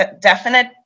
definite